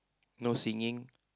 no singing